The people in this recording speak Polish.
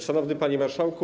Szanowny Panie Marszałku!